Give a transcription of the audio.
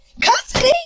Custody